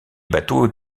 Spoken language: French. bateaux